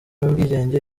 y’ubwigenge